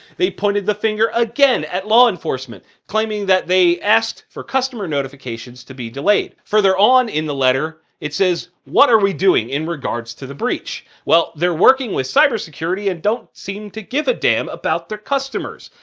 they pointed the finger again at law enforcement, claiming that they asked for customer notifications be delayed. further on in the letter it says what are we doing? in regards to the breach, well theyre working with cyber security and dont seem to give a damn about their customers.